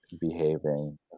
behaving